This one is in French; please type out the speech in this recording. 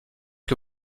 que